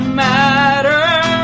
matter